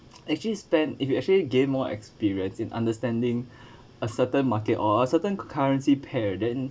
actually spend if you actually gain more experience in understanding a certain market or certain currency pair then